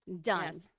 done